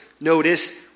notice